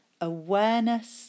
Awareness